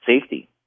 safety